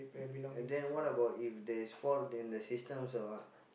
and then what about if there is fault in the systems or what